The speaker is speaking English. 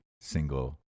single